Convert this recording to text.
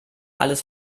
alles